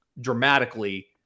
dramatically